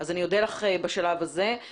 אני מודה לך בשלב הזה.